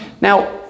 now